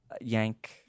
Yank